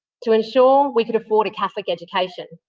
to ensure we could afford a catholic education.